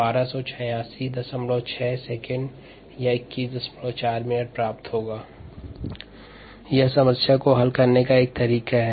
t2303537 ×10 3 s 110312866 s214 min यह समस्या को हल करने का एक तरीका है